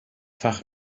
fach